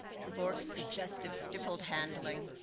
ter borch's suggestive stippled handling,